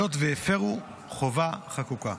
היות שהפרו חובה חקוקה.